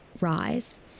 rise